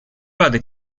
рады